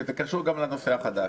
שזה קשור גם לנושא החדש.